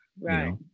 right